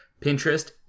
Pinterest